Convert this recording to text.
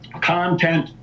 content